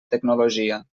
tecnologia